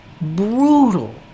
brutal